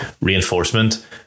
reinforcement